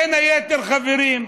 בין היתר, חברים,